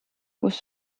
kus